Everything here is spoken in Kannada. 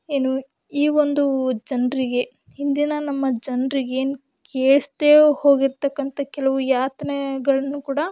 ಏನು ಈ ಒಂದು ಜನರಿಗೆ ಹಿಂದಿನ ನಮ್ಮ ಜನರಿಗೆ ಏನು ಕೇಸ್ದೇ ಹೋಗಿರತಕ್ಕಂಥ ಕೆಲವು ಯಾತನೆಗಳನ್ನು ಕೂಡ